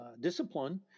discipline